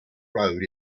road